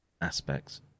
aspects